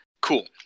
cool